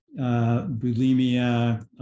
bulimia